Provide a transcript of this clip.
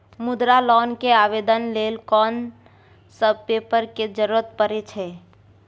मुद्रा लोन के आवेदन लेल कोन सब पेपर के जरूरत परै छै?